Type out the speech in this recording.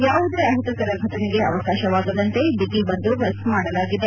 ಯಾವುದೇ ಅಹಿತಕರ ಫಟನೆಗೆ ಅವಕಾಶವಾಗದಂತೆ ಬಿಗಿ ಬಂದೋಬಸ್ತ್ ಮಾಡಲಾಗಿದೆ